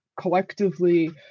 collectively